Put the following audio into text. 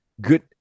good